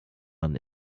man